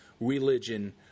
religion